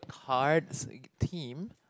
cards team